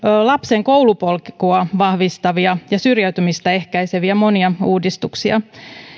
lapsen koulupolkua vahvistavia ja syrjäytymistä ehkäiseviä monia uudistuksia